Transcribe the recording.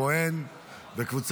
ותוסר